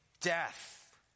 death